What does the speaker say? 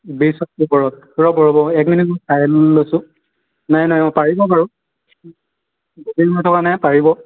বিশ অক্টোবৰত ৰ'ব ৰ'ব এক মিনিট মই চাই লৈছোঁ নাই নাই পাৰিব বাৰু বুকিং হৈ থকা নাই পাৰিব